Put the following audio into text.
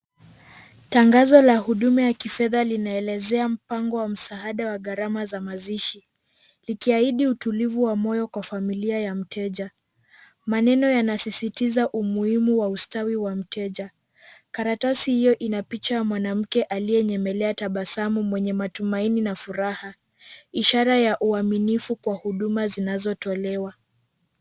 Tangazo la huduma ya kifedha linaelezea mpango wa msaada wa gharama za mazishi likiahidi utulivu wa moyo kwa familia ya mteja. Maneno yanasisitiza umuhimu wa ustawi wa mteja. Karatasi hiyo ina picha ya mwanamke aliyenyemelea tabasamu mwenye matumaini na furaha, ishara ya uaminifu kwa huduma zinazotolewa.